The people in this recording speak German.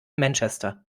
manchester